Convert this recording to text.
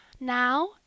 Now